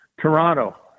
Toronto